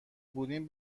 بودیم